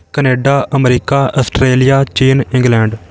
Canada America Australia ਚੀਨ England